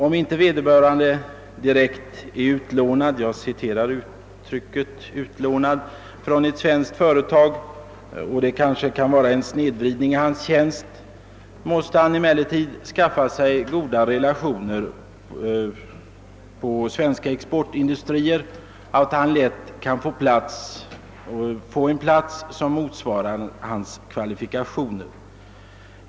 Om inte vederbörande är direkt »utlånad» från ett svenskt företag — och det kan vara en snedvridning i hans tjänst — måste han emellertid skaffa sig så goda relationer med svenska exportindustrier, att han lätt kan få en plats som motsvarar hans kvalifikationer.